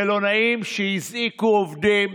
מלונאים שהזעיקו עובדים,